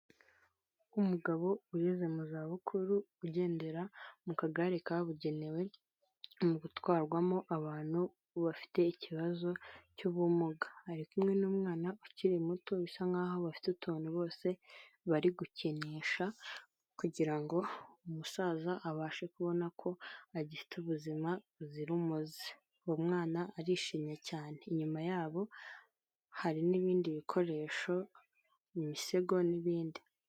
Umugabo ugeze mu zabukuru, ugendera mu kagare kabugenewe mu gutwarwamo abantu bafite ikibazo cy'ubumuga, ari kumwe n'umwana ukiri muto bisa nkaho bafite utuntu bose bari gukinisha kugira ngo umusaza abashe kubona ko agifite ubuzima buzira umuze. Uwo mwana arishimye cyane, inyuma yabo hari n'ibindi bikoresho imisego n'ibindi.